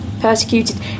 persecuted